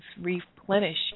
replenish